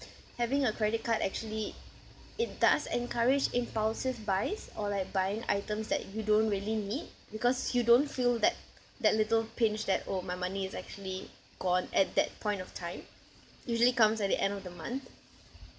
having a credit card actually it does encourage impulsive buys or like buying items that you don't really need because you don't feel that that little pinch that oh my money is actually gone at that point of time usually comes at the end of the month